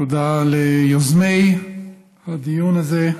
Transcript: תודה ליוזמי הדיון הזה,